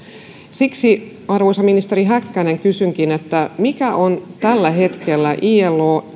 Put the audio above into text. siksi arvoisa ministeri häkkänen kysynkin mikä on tällä hetkellä ilo